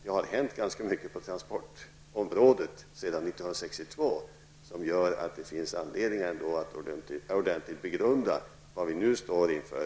Det har hänt ganska mycket på transportområdet sedan 1962 som gör att det finns anledning att ordentligt begrunda vad vi nu står inför.